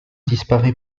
disparaît